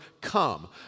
come